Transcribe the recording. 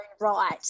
right